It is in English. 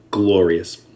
glorious